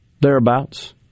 thereabouts